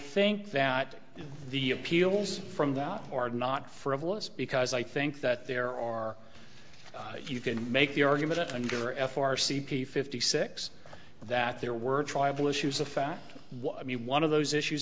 think that the appeals from that are not frivolous because i think that there are if you can make the argument under f r c p fifty six that there were tribal issues of fact what i mean one of those issues